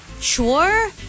sure